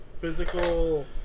Physical